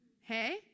Hey